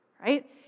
right